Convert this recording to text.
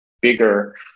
bigger